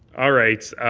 all right.